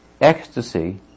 ecstasy